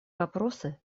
вопросы